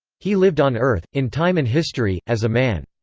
he lived on earth, in time and history, as a man.